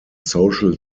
social